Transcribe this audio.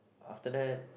after that